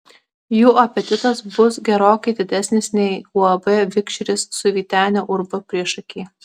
jų apetitas bus gerokai didesnis nei uab vikšris su vyteniu urba priešaky